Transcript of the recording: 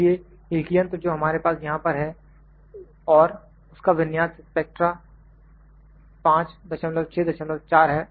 इसलिए एक यंत्र जो हमारे पास यहां पर है और उसका विन्यास स्पेक्ट्रा 564 है